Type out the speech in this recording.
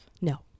No